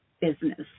business